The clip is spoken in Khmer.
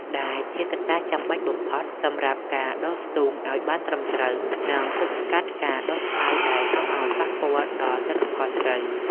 ដែលជាកត្តាចាំបាច់បំផុតសម្រាប់ការដកស្ទូងឱ្យបានត្រឹមត្រូវ និងទប់ស្កាត់ការដុះស្មៅដែលនាំឱ្យប៉ះពាល់ដល់ទិន្នផលស្រូវ។